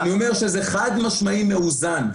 אז אני אומר שזה חד-משמעי מאוזן.